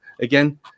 again